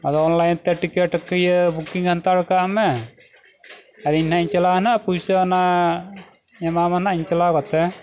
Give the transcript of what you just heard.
ᱟᱫᱚ ᱚᱱᱞᱟᱭᱤᱱ ᱛᱮ ᱴᱤᱠᱤᱴ ᱤᱭᱟᱹ ᱵᱩᱠᱤᱝ ᱦᱟᱛᱟᱲ ᱠᱟᱜᱢᱮ ᱟᱨ ᱤᱧ ᱱᱟᱜ ᱤᱧ ᱪᱟᱞᱟᱜᱼᱟ ᱱᱟᱜ ᱯᱚᱭᱥᱟ ᱚᱱᱟ ᱮᱢᱟᱢᱟ ᱱᱟᱜ ᱤᱧ ᱪᱟᱞᱟᱣ ᱠᱟᱛᱮᱫ